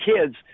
kids